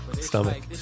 stomach